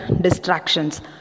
distractions